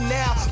now